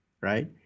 right